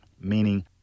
meaning